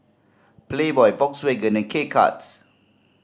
Playboy Volkswagen and K Cuts